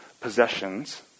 possessions